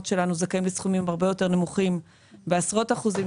שלנו זכאים לסכומים הרבה יותר נמוכים בעשרות אחוזים,